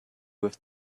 with